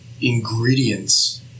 ingredients